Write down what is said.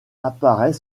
apparaît